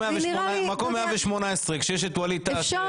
מקום 118 כשיש את ואליד טאהא.